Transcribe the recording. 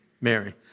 Mary